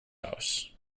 house